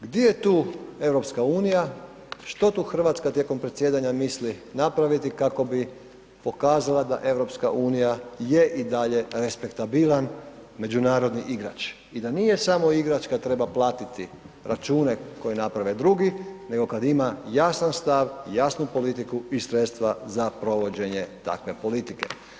Gdje je tu EU, što tu Hrvatska tijekom predsjedanja mislim napraviti kako bi pokazala da EU je i dalje respektabilan međunarodni igrač i da nije samo igrač kada treba platiti račune koje naprave drugi nego kada ima jasan stav i jasnu politiku i sredstva za provođenje takve politike.